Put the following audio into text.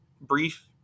brief